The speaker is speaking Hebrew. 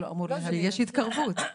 יש התקרבות.